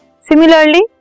Similarly